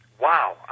Wow